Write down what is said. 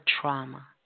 trauma